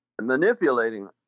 manipulating